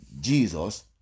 Jesus